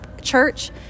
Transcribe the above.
church